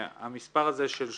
המספר הזה של 30,